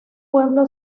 pueblo